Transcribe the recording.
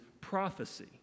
prophecy